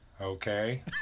Okay